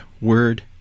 word